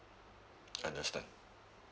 understand